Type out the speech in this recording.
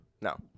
No